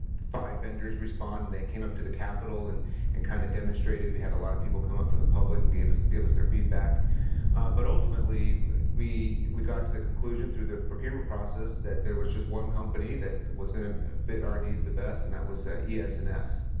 five vendors respond and they came up to the capitol and and kind of demonstrated we had a lot of people come up from the public and gave us gave us their feedback but ultimately we we got to the conclusion through the procurement process that there was just one company was going to fit our needs the best and that was yeah es and s.